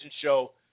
show